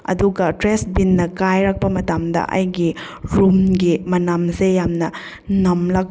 ꯑꯗꯨꯒ ꯇ꯭ꯔꯥꯁ ꯕꯤꯟꯅ ꯀꯥꯏꯔꯛꯄ ꯃꯇꯝꯗ ꯑꯩꯒꯤ ꯔꯨꯝꯒꯤ ꯃꯅꯝꯁꯦ ꯌꯥꯝꯅ ꯅꯝꯂꯛ